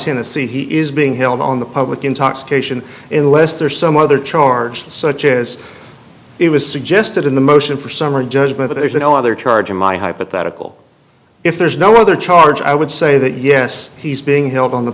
tennessee he is being held on the public intoxication unless there are some other charges such as it was suggested in the motion for summary judgment there is no other charge in my hypothetical if there is no other charge i would say that yes he's being held on the